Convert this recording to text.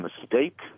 mistake